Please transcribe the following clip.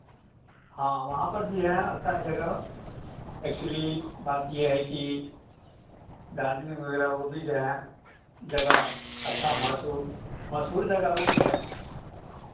हाँ वहाँ पर भी हैं अच्छा जगह एक्चुअली बात ये है कि दार्ज़िलिंग वगैरह वो भी जो हैं जगह अच्छा महसूर मशहूर जगह वो भी है